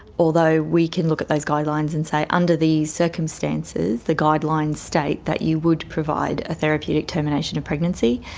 although we can look at those guidelines and say under these circumstances the guidelines state that you would provide a therapeutic termination of pregnancy.